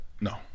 no